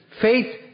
faith